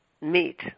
meat